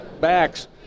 backs